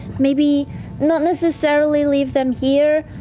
maybe not necessarily leave them here,